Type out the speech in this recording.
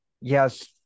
yes